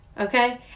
okay